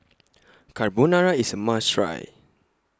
Carbonara IS A must Try